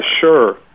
Sure